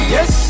Yes